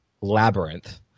labyrinth